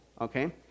okay